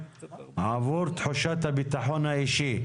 עבור תחושת הביטחון האישי.